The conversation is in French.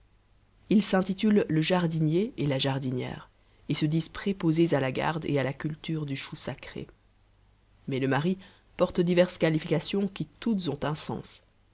ils s'intitulent le jardinier et la jardinière et se disent préposés à la garde et à la culture du chou sacré mais le mari porte diverses qualifications qui toutes ont un sens